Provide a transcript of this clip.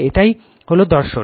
এটাই হল দর্শন